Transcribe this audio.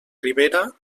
ribera